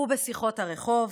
הוא בשיחות הרחוב,